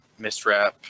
Mistrap